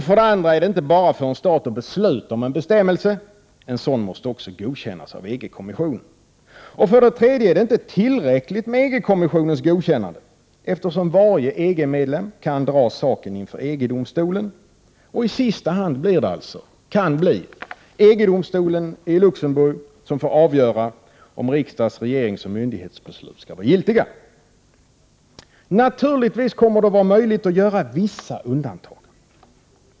För det andra är det inte bara för en stat att besluta om en särbestämmelse, en sådan måste också godkännas av EG-kommissionen. För det tredje är det inte tillräckligt med EG-kommissionens godkännande, eftersom varje EG-medlem kan dra saken inför EG-domstolen. I sista hand kan det alltså alltid bli EG-domstolen i Luxemburg som får avgöra om riksdags-, regeringseller myndighetsbeslut skall vara giltiga. Naturligtvis kommer det att vara möjligt att göra vissa undantag.